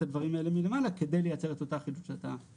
הדברים האלה מלמעלה כדי לייצר את אותה האחידות שאתה חותר אליה.